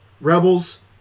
Rebels